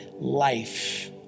life